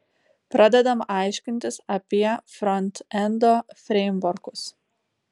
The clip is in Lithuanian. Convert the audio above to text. pradedam aiškintis apie frontendo freimvorkus